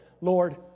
Lord